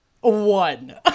One